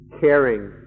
caring